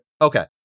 Okay